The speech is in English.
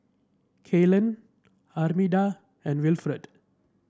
Kaylin Armida and Wilfrid